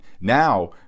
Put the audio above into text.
now